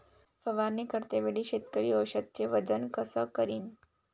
फवारणी करते वेळी शेतकरी औषधचे वजन कस करीन?